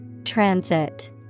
transit